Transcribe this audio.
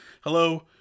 Hello